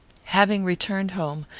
having returned home,